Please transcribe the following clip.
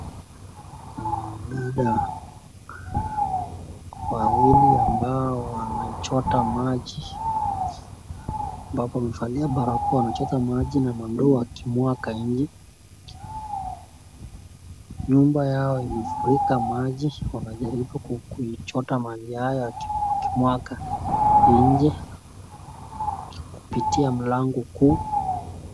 Dada wawili ambao wanachota maji, ambako wamevalia barakoa wanachota maji na mandoo wakimwanga nje. Nyumba yao imefurika maji wanajaribu kuichota maji haya wakimwanga nje, kupitia mlango kuu.